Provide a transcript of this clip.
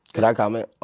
can i comment?